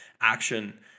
action